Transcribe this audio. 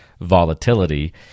volatility